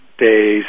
Days